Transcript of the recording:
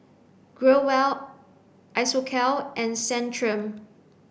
Growell Isocal and Centrum